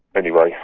anyway,